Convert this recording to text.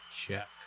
check